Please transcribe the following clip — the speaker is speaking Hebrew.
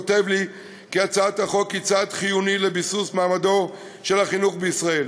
כותב לי כי הצעת החוק היא צעד חיוני לביסוס מעמדו של החינוך בישראל,